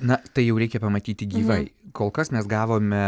na tai jau reikia pamatyti gyvai kol kas mes gavome